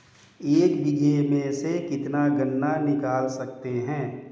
एक बीघे में से कितना गन्ना निकाल सकते हैं?